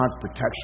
protection